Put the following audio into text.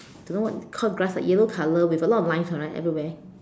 don't know what called grass ah yellow color with a lot of lines right everywhere